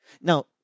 Now